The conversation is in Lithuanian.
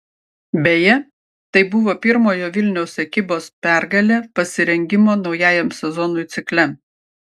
beje tai buvo pirmojo vilniaus ekipos pergalė pasirengimo naujajam sezonui cikle